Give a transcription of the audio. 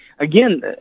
Again